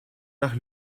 nach